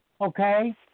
okay